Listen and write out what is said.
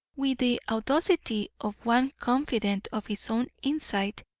with the audacity of one confident of his own insight,